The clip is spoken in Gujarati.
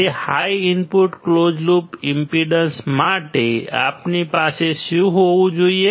તે high input close loop impedance માટે આપણી પાસે શું હોવું જોઈએ